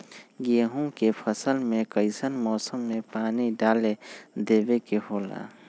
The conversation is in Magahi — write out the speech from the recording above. गेहूं के फसल में कइसन मौसम में पानी डालें देबे के होला?